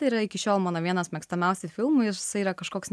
yra iki šiol mano vienas mėgstamiausių filmų jisai yra kažkoks